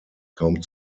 kaum